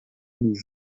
nous